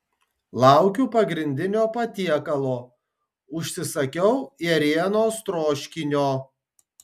laukiu pagrindinio patiekalo užsisakiau ėrienos troškinio